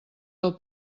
del